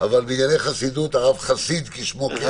בענייני חסידות הרב חסיד, כשמו כן הוא.